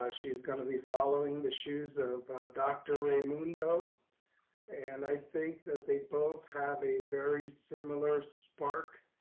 ah she's gonna be following the shoes of dr. raimondo and i think that they both have a very similar spark.